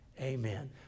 amen